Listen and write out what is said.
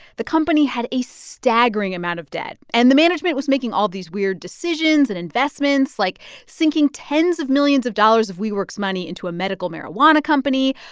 the company had a staggering amount of debt, and the management was making all these weird decisions and investments, like sinking tens of millions of dollars of wework's money into a medical marijuana company,